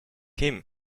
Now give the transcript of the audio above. him